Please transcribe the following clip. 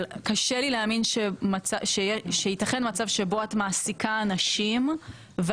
אבל קשה לי להאמין שייתכן מצב שבו את מעסיקה אנשים מתקציב של קרן,